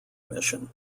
mission